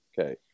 Okay